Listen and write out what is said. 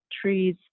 trees